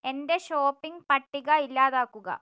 എന്റെ ഷോപ്പിംഗ് പട്ടിക ഇല്ലാതാക്കുക